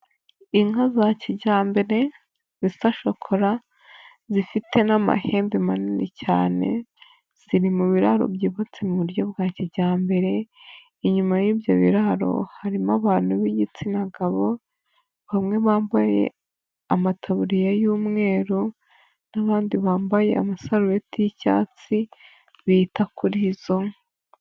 Inka za kijyambere zisa shokora zifite n'amahembe manini cyane ziri mu biraro byubatse mu buryo bwa kijyambere, inyuma y'ibyo biraro harimo abantu b'igitsina gabo bamwe bambaye amataburiya y'umweru n'abandi bambaye amasarureti y'icyatsi bita kuri izo nka.